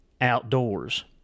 outdoors